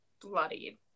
bloody